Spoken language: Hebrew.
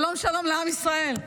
שלום שלום לעם ישראל.